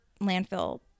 landfill